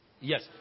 Yes